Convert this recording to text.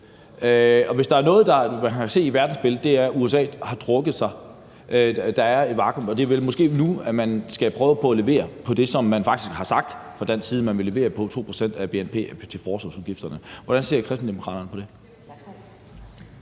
Hvis der er noget, man kan se i verdensbilledet, er det, at USA har trukket sig, og at der er et vakuum, og det er måske nu, at man skal prøve at levere på det, som man faktisk havde sagt fra dansk side at man ville levere på, nemlig at man ville bruge 2 pct. af bnp til forsvarsudgifterne. Hvordan ser Kristendemokraterne på det?